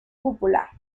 cúpula